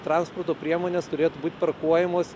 transporto priemonės turėtų būt pakuojamos